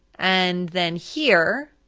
and then here,